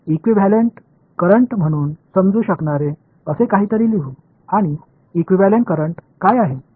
equivalent current म्हणून समजू शकणारे असे काहीतरी लिहू आणि इक्विव्हॅलेंट करंट काय आहे